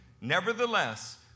Nevertheless